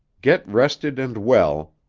get rested and well,